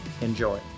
enjoy